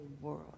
world